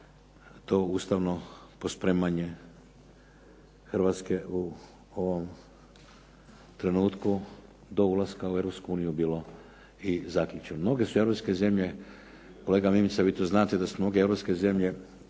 to ustavno pospremanje Hrvatske u ovom trenutku do ulaska u Europsku uniju bilo i zaključeno. Mnoge su europske zemlje, kolega Mimica vi to znate da su mnoge europske zemlje